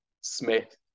Smith